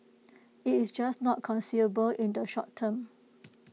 IT is just not conceivable in the short term